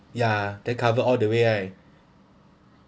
yeah they cover all the way right